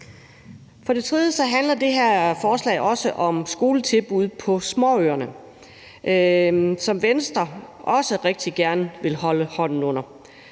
For det tredje handler det her forslag også om skoletilbud på småøerne, som Venstre også rigtig gerne vil holde hånden under.